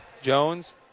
Jones